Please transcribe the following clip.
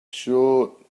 short